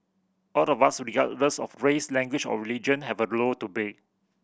out of us regardless of race language or religion have a role to play